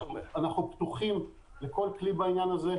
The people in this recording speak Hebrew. אנחנו פתוחים לכל כלי בעניין הזה.